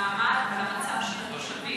היא מבוססת על המעמד והמצב של התושבים.